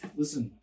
listen